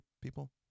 people